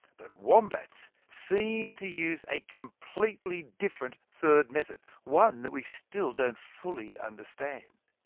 but wombats seem to use a completely different third method one that we still don't fully understand.